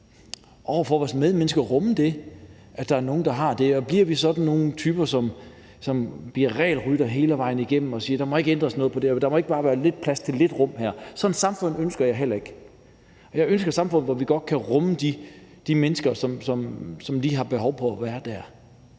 for vores medmennesker rumme det, at der er nogle, der har det sådan, og bliver vi sådan nogle typer, som bliver regelryttere hele vejen igennem, og som siger, at der ikke må ændres noget på det, og at der her ikke bare må være lidt plads og lidt rum? Sådan et samfund ønsker jeg heller ikke. Jeg ønsker et samfund, hvor vi godt kan rumme de mennesker, som lige har behov for at være der.